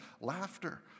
Laughter